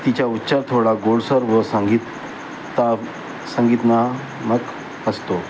तिच्या उच्चार थोडा गोडसर व संगीता संगीतनामक असतो